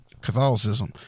Catholicism